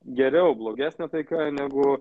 geriau blogesnė taika negu